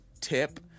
tip